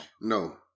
No